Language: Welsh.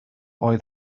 oedd